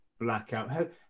blackout